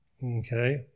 Okay